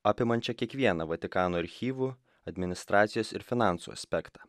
apimančią kiekvieną vatikano archyvų administracijos ir finansų aspektą